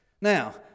Now